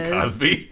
Cosby